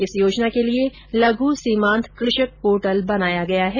इस योजना के लिए लघु सीमांत कृषक पोर्टल बनाया गया है